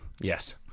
Yes